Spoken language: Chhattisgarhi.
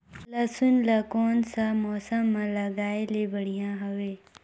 लसुन ला कोन सा मौसम मां लगाय ले बढ़िया हवे?